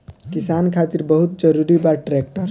किसान खातिर बहुत जरूरी बा ट्रैक्टर